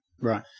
Right